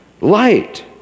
light